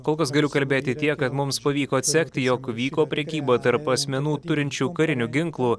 kol kas galiu kalbėti tiek kad mums pavyko atsekti jog vyko prekyba tarp asmenų turinčių karinių ginklų